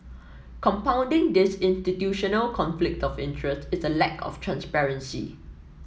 compounding this institutional conflict of interest is a lack of transparency